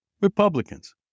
Republicans